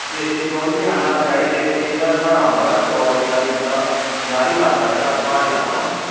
देसी चौल बी हैन साढ़े कश देसी जेह्ड़ा आंदा चौल ता इद्धरा पंचारी ल्हाका प्हाड़ी ल्हाका ना उप्पर